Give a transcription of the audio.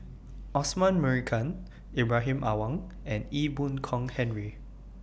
Osman Merican Ibrahim Awang and Ee Boon Kong Henry